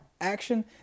action